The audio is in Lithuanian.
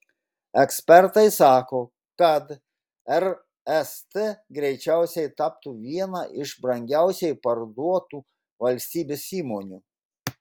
ekspertai sako kad rst greičiausiai taptų viena iš brangiausiai parduotų valstybės įmonių